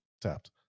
tapped